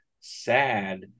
sad